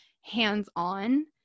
hands-on